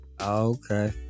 Okay